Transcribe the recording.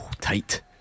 Tight